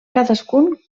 cadascun